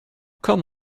come